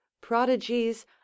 prodigies